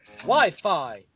Wi-Fi